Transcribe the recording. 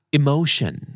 emotion